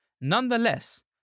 Nonetheless